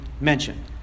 mentioned